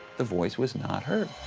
the voice was not heard.